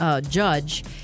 judge